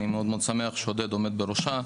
ואני מאוד מאוד שמח שעודד עומד בראשה,